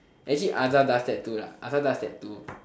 actually Azhar does that too lah Azhar does that too